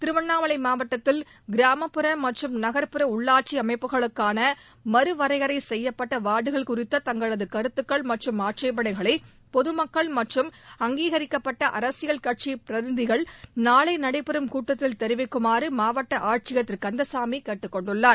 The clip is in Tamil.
திருவண்ணாமலை மாவட்டத்தில் கிராமப்புற மற்றும் நகர்ப்புற உள்ளாட்சி அமைப்புகளுக்கான மறுவரையறை செய்யப்பட்ட வாா்டுகள் குறித்த தங்களது கருத்துக்கள் மற்றும் ஆட்சேபனைகளை பொதுமக்கள் மற்றும் அங்கீகரிக்கப்பட்ட அரசியல் கட்சி பிரதிநிதிகள் நாளை நடைபெறும் கூட்டத்தில் தெரிவிக்குமாறு மாவட்ட ஆட்சியர் திரு கந்தசாமி கேட்டுக்கொண்டுள்ளார்